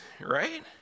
Right